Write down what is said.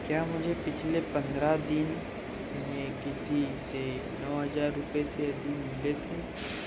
क्या मुझे पिछले पन्द्रह दिन में किसी से नौ हजार रुपये से अधिक मिले थे